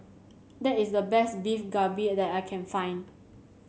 that is the best Beef Galbi that I can find